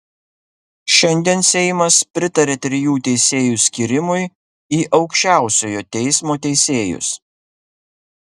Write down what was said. šiandien seimas pritarė trijų teisėjų skyrimui į aukščiausiojo teismo teisėjus